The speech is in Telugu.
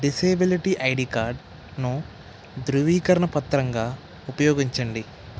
డిజబిలిటీ ఐడి కార్డును ధృవీకరణ పత్రంగా ఉపయోగించండి